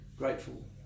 grateful